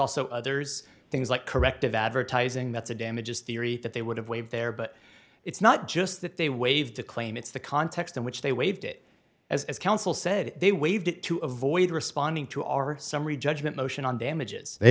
also others things like corrective advertising that's a damages theory that they would have waived there but it's not just that they waived to claim it's the context in which they waived it as counsel said they waived it to avoid responding to our summary judgment motion on damages they